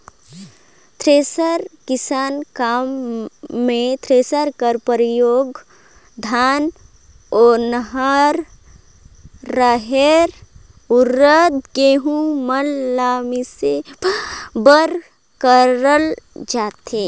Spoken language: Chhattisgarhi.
थेरेसर किसानी काम मे थरेसर कर परियोग धान, ओन्हारी, रहेर, उरिद, गहूँ मन ल मिसे बर करल जाथे